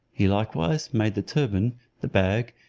he likewise made the turban, the bag,